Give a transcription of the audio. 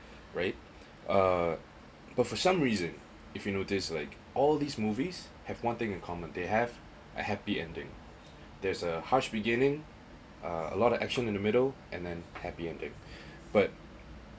right uh but for some reason if you noticed like all these movies have one thing in common they have a happy ending there's a harsh beginning uh a lot of action in the middle and then happy ending but